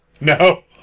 No